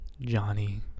Johnny